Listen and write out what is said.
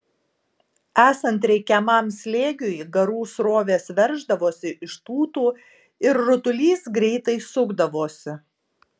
esant reikiamam slėgiui garų srovės verždavosi iš tūtų ir rutulys greitai sukdavosi